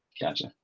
Gotcha